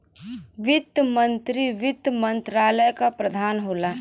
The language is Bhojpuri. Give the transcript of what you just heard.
वित्त मंत्री वित्त मंत्रालय क प्रधान होला